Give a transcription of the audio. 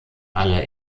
alle